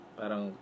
parang